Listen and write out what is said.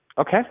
Okay